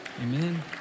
Amen